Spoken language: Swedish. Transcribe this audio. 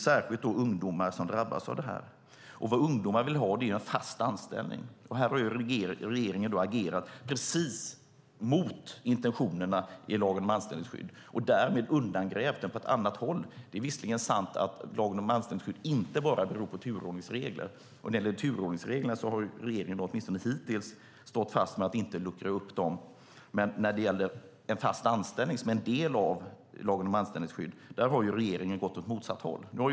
Särskilt ungdomar drabbas. Vad ungdomar vill ha är fast anställning. Men regeringen har agerat rakt mot intentionerna i lagen om anställningsskydd och därmed undergrävt den på ett annat håll. Det är visserligen sant att lagen om anställningsskydd inte bara har att göra med turordningsregler. Åtminstone hittills har regeringen stått fast vid att inte luckra upp turordningsreglerna. Men när det gäller fast anställning som en del av lagen om anställningsskydd har regeringen gått åt motsatt håll.